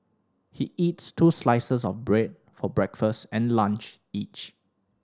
he eats two slices of bread for breakfast and lunch each